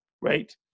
right